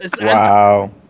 Wow